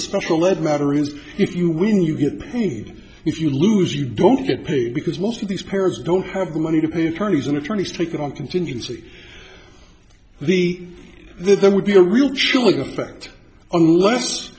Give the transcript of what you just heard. special ed matter is if you win you get paid if you lose you don't get paid because most of these parents don't have the money to pay attorneys and attorneys take on contingency the there would be a real chilling effect unless